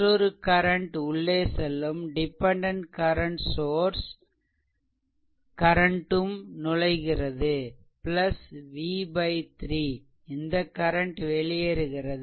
மற்றொரு கரண்ட் உள்ளே செல்லும் டிபெண்டென்ட் கரன்ட் சோர்ஷ் கரன்ட்டும் நுழைகிறது v 3 இந்த கரண்ட் வெளியேறுகிறது